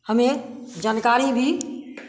हमें जानकारी भी